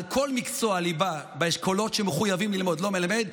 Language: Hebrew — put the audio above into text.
על כל מקצוע ליבה באשכולות שמחויבים ללמוד והוא לא מלמד,